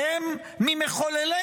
שהם ממחוללי